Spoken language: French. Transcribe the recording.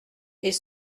est